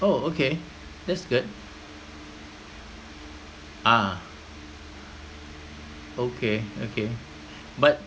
oh okay that's good ah okay okay but